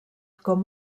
com